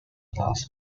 class